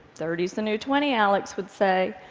thirty's the new twenty, alex would say,